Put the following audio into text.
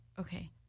okay